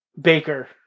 Baker